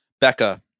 Becca